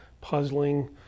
puzzling